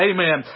Amen